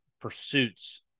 pursuits